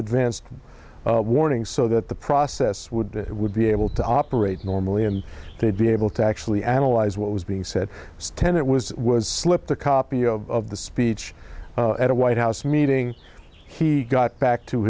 advanced warning so that the process would it would be able to operate normally and they'd be able to actually analyze what was being said tenet was was slipped a copy of the speech at a white house meeting he got back to